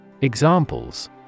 Examples